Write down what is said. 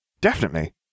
Definitely